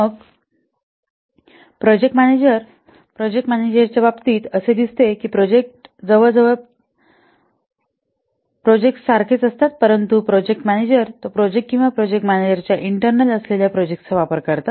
मग project manager project मॅनेजरच्या बाबतीत असे दिसते की प्रोजेक्ट जवळजवळ प्रोजेक्ट्स सारखेच असतात परंतु प्रोजेक्ट मॅनेजर तो प्रोजेक्ट किंवा प्रोजेक्ट मॅनेजराच्या इंटर्नल असलेल्या प्रोजेक्टचा वापर करतात